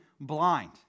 blind